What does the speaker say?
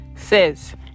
says